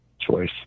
Choice